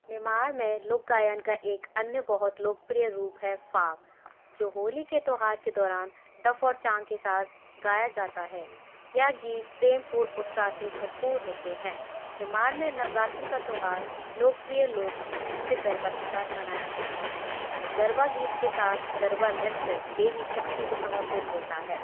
निमाण में लोकगायन का एक अन्य बहुत लोकप्रिय रूप है फाग जो होली के त्यौहार के दौरान डफ और चांद के साथ गाया जाता है या गीत प्रेमपूर्ण उत्साह से भरपूर होते हैं निमाण में नवरात्रि का त्योहार लोकप्रिय लोक नृत्य गरबा के साथ मनाया जाता है गरबा गीत के साथ गरबा नृत्य देवी शक्ति को समर्पित होता है